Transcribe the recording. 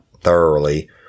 thoroughly